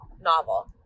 novel